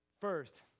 First